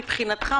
מבחינתך,